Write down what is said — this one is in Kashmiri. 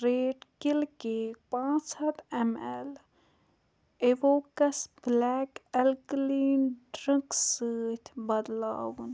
ریٹ کِل کیک پانٛژھ ہَتھ اٮ۪م اٮ۪ل اِووکَس بٕلیک اٮ۪لکٕلیٖن ڈرٛنٛک سۭتۍ بدلاوُن